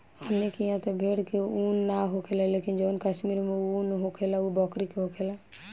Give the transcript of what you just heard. हमनी किहा त भेड़ के उन ना होखेला लेकिन जवन कश्मीर में उन होखेला उ बकरी के होखेला